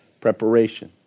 preparation